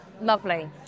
Lovely